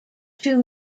two